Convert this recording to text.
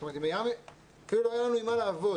זאת אומרת, לא היה לנו עם מה לעבוד.